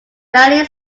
valley